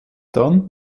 dann